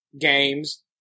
games